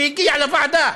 שהגיע לוועדה.